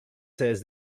says